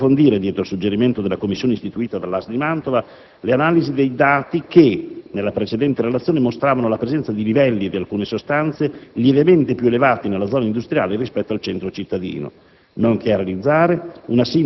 Questa iniziativa era finalizzata ad approfondire, dietro suggerimento della commissione istituita dall'ASL di Mantova, le analisi dei dati che nella precedente relazione mostravano la presenza di livelli di alcune sostanze lievemente più elevati nella zona industriale rispetto al centro cittadino,